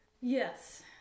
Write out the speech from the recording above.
yes